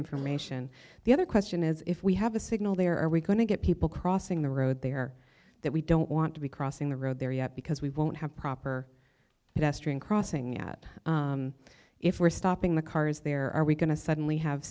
information the other question is if we have a signal there are we going to get people crossing the road there that we don't want to be crossing the road there yet because we won't have proper and extreme crossing at if we're stopping the cars there are we going to suddenly have